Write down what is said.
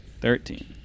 Thirteen